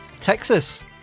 texas